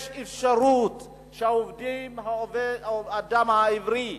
יש אפשרות שהאדם העברי,